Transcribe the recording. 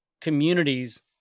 communities